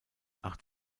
acht